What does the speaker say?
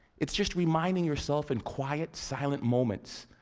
it's just reminding yourself in quiet silent moments,